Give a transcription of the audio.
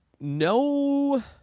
No